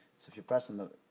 so, if you press on the